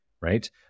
right